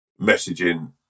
messaging